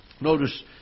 Notice